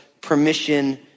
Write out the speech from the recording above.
permission